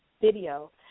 video